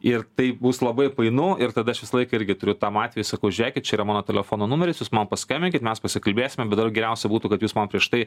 ir tai bus labai painu ir tada aš visą laiką irgi turiu tam atvejui sakau žiūrėkit čia yra mano telefono numeris jūs man paskambinkit mes pasikalbėsime bet dar geriausia būtų kad jūs man prieš tai